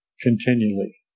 continually